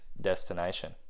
destination